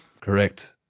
Correct